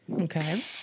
Okay